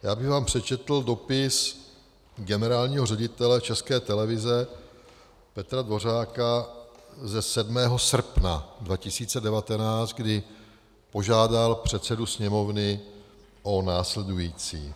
Já bych vám přečetl dopis generálního ředitele České televize Petra Dvořáka ze 7. srpna 2019, kdy požádal předsedu Sněmovny o následující: